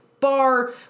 bar